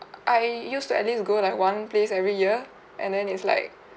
uh I used to at least go like one place every year and then it's like